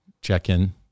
check-in